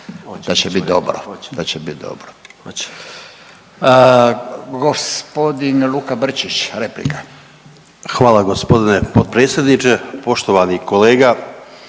da će biti dobro. Gospodin Luka Brčić, replika. **Brčić, Luka (HDZ)** Hvala gospodine potpredsjedniče. Poštovani kolega,